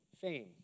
fame